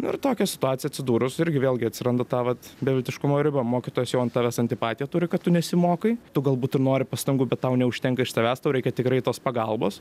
nu ir tokia situacija atsidūrus irgi vėlgi atsiranda ta vat beviltiškumo riba mokytojas jau ant tavęs antipatiją turi kad tu nesimokai tu galbūt ir nori pastangų bet tau neužtenka iš savęs tau reikia tikrai tos pagalbos